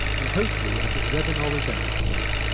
and hopefully, as this webinar will demonstrate,